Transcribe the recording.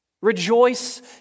Rejoice